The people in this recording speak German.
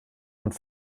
und